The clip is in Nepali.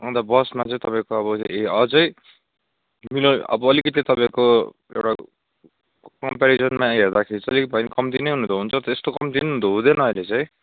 अन्त बसमा चाहिँ तपाईँको ए अझै अब अलिकति तपाईँको एउटा कम्पेरिजनमा हेर्दाखेरि चाहिँ अलिक भए कम्ती नै हुन त हुन्छ त्यस्तो कम्ती पनि हुँदैन अहिले चाहिँ